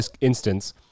instance